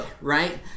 right